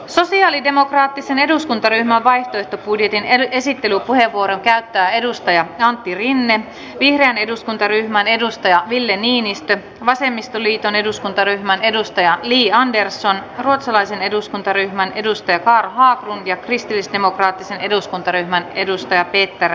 sosialidemokraattisen eduskuntaryhmän vaihtoehtobudjetin esittelypuheenvuoron käyttää edustaja antti rinne vihreän eduskuntaryhmän edustaja ville niinistö vasemmistoliiton eduskuntaryhmän edustaja li andersson ruotsalaisen eduskuntaryhmän edustaja carl haglund ja kristillisdemokraattisen eduskuntaryhmän edustaja peter östman